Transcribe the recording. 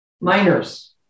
minors